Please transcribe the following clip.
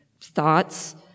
thoughts